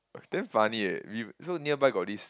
it's damn funny eh we so nearby got this